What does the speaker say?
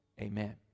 amen